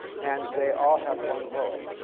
and they all have one vote.